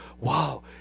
wow